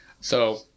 So-